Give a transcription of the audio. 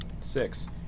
Six